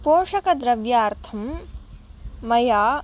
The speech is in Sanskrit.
पोषकद्रव्यार्थं मया